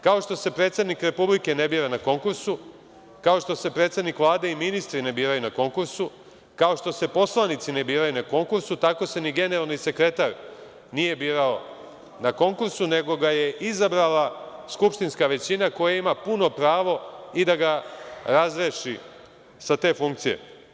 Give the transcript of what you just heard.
Kao što se predsednik Republike ne bira na konkursu, kao što se predsednik Vlade i ministri ne biraju na konkursu, kao što se poslanici ne biraju na konkursu, tako se ni generalni sekretar nije birao na konkursu nego ga je izabrala skupštinska većina koja ima puno pravo i da ga razreši sa te funkcije.